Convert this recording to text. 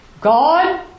God